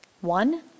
One